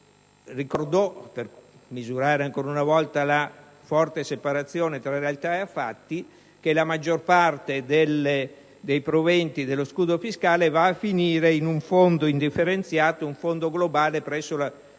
ricordo, per misurare ancora una volta la forte separazione tra realtà e fatti, che la maggior parte dei proventi dello scudo fiscale va a finire in un fondo indifferenziato e globale presso la